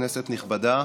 כנסת נכבדה,